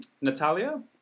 Natalia